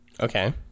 Okay